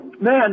Man